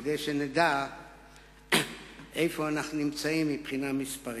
כדי שנדע איפה אנחנו נמצאים מבחינה מספרית.